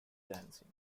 dancing